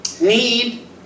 Need